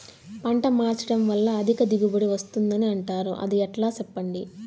పంట మార్చడం వల్ల అధిక దిగుబడి వస్తుందని అంటారు అది ఎట్లా సెప్పండి